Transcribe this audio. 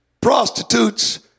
prostitutes